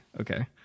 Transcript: Okay